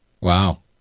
Wow